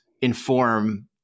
inform